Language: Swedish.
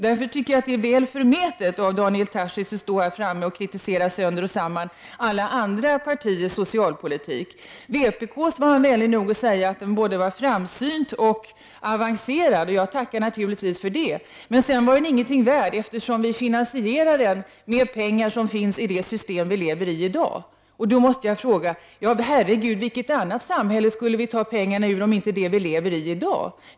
Därför anser jag att det är väl förmätet av Daniel Tarschys att stå i talarstolen och kritisera alla andra partiers socialpolitik sönder och samman. Om vpk:s socialpolitik var han vänlig nog att säga att den är både framsynt och avancerad. Och jag tackar naturligtvis för det. Men sedan sade han att den inte var värd någonting, eftersom vi i vpk finansierar den med pengar som finns i det system som vi lever i i dag. Då måste jag fråga: Herre Gud, vilket annat samhälle skall vi ta pengar ur om inte det som vi lever i i dag?